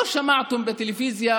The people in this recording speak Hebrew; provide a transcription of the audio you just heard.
לא שמעתם בטלוויזיה,